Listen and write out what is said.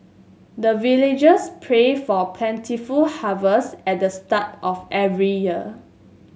the villagers pray for plentiful harvest at the start of every year